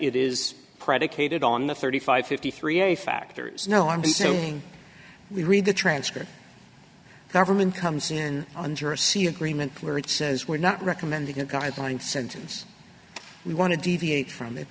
it is predicated on the thirty five fifty three a factors no i'm saying we read the transcript government comes in under a c agreement where it says we're not recommending a guideline sentence we want to deviate from